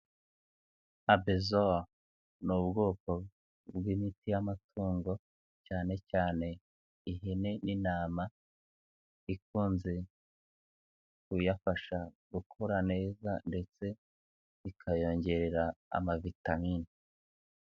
Abezoro ni ubwoko bw'imiti y'amatungo cyane cyane ihene n'intama, ikunze kuyafasha gukura neza ndetse ikayongerera amavitamini.